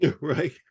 right